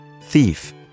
thief